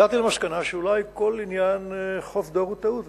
הגעתי למסקנה שאולי כל עניין חוף דור הוא טעות,